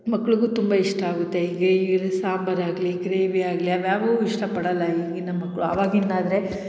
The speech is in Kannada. ಮಕ್ಳಿಗೂ ತುಂಬ ಇಷ್ಟ ಆಗುತ್ತೆ ಈಗ ಸಾಂಬಾರು ಆಗಲಿ ಗ್ರೇವಿ ಆಗಲಿ ಅವು ಯಾವುವು ಇಷ್ಟಪಡೋಲ್ಲ ಈಗಿನ ಮಕ್ಕಳು ಆವಾಗಿಂದು ಆದರೆ